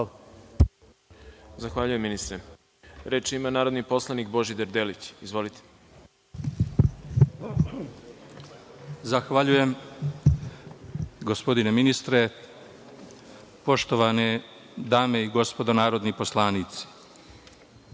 Zahvaljujem ministre. Reč ima narodni poslanik Božidar Delić. Izvolite. **Božidar Delić** Zahvaljujem. Gospodine ministre, poštovane dame i gospodo narodni poslanici,